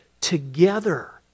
together